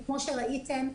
כפי שראיתם,